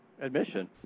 Admission